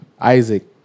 Isaac